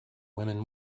women